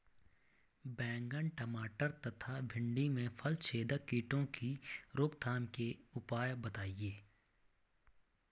बैंगन टमाटर तथा भिन्डी में फलछेदक कीटों की रोकथाम के उपाय बताइए?